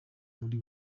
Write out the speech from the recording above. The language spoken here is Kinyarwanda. muri